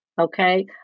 okay